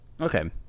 Okay